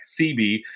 CB